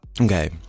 Okay